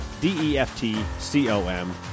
D-E-F-T-C-O-M